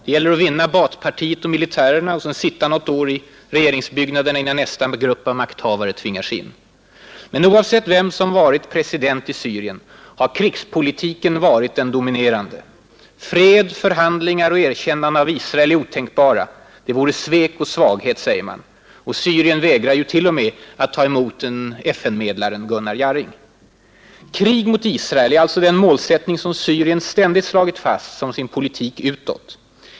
Det gäller att vinna Baath-partiet och militärerna och sedan sitta något år eller ett par i regeringsbyggnaderna — innan nästa grupp av makthavare tvingar sig in. Men oavsett vem som varit president i Syrien har krigspolitiken varit den dominerande. Fred, förhandlingar och erkännande av Israel är otänkbara — det vore svek och svaghet, säger man. Och Syrien vägrar ju t.o.m. att ta emot FN-medlaren Gunnar Jarring. Krig mot Israel är alltså den målsättning som Syrien ständigt slagit fast som sin politik utåt.